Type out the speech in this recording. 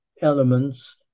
elements